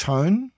Tone